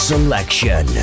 Selection